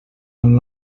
amb